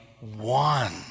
one